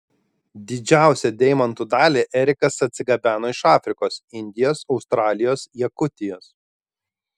didžiausią deimantų dalį erikas atsigabeno iš afrikos indijos australijos jakutijos